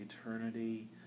eternity